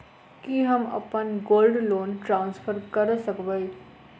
की हम अप्पन gold loan transfer करऽ सकबै?